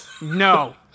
No